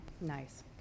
nice